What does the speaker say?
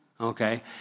okay